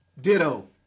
Ditto